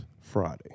Friday